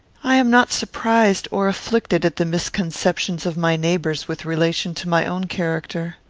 i am not surprised or afflicted at the misconceptions of my neighbours with relation to my own character.